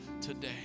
today